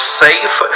safe